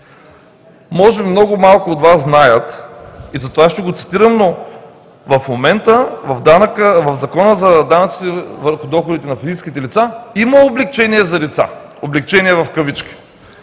това. Много малко от Вас знаят и затова ще го цитирам, но в момента в Закона за данъците върху доходите на физическите лица има облекчение за деца – облекчение в кавички.